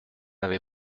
avais